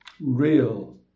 Real